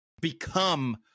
become